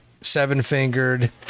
seven-fingered